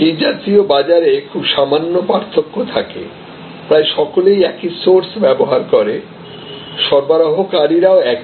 এই জাতীয় বাজারে খুব সামান্য পার্থক্য থাকে প্রায় সকলেই একই সোর্স ব্যবহার করে সরবরাহকারীরা ও একই